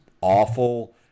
awful